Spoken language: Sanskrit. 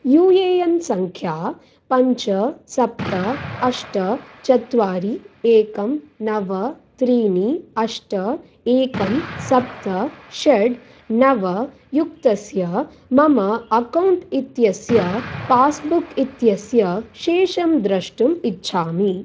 यू ए एन् सङ्ख्या पञ्च सप्त अष्ट चत्वारि एकं नव त्रीणि अष्ट एकं सप्त षट् नव युक्तस्य मम अकौण्ट् इत्यस्य पास्बुक् इत्यस्य शेषं द्रष्टुम् इच्छामि